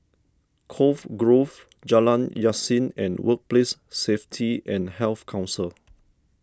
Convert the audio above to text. Cove Grove Jalan Yasin and Workplace Safety and Health Council